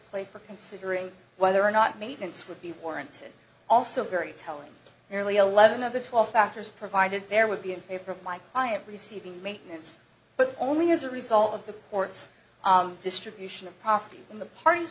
play for considering whether or not maintenance would be warranted also very telling merely eleven of the twelve factors provided there would be in favor of my client receiving maintenance but only as a result of the court's distribution of property in the parties